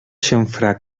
xamfrà